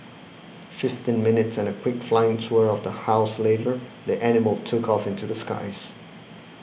fifteen minutes and a quick flying tour of the house later the animal took off into the skies